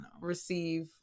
receive